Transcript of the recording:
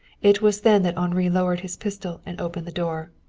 it was then that henri lowered his pistol and opened the door.